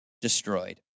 destroyed